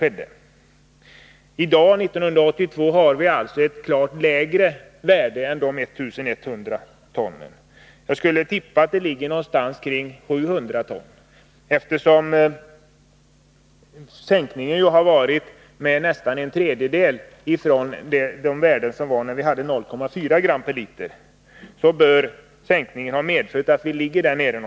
I dag, 1982, torde värdet vara klart lägre än dessa 1100 ton. Jag skulle, eftersom värdet hade minskat med nästan en tredjedel från den tid då vi tillät blyhalten 0,4 g/l, tippa att det ligger någonstans kring 700 ton.